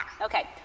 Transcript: Okay